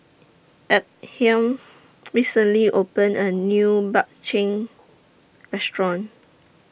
Ephriam recently opened A New Bak Chang Restaurant